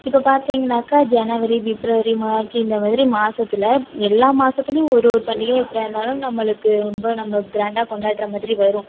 இப்போ பார்த்திங்கனாக்கா ஜனவரி பிப்ரவரி மார்ச் இந்தமாதிரி மாதத்துல எல்லா மாதத்துலயும் ஒரு ஒரு பண்டிகை எப்படியாருந்தாலும் நம்மளுக்கு ரொம்ப நம்ப கிராண்டாக கொண்டாடுறமாதிரி வரும்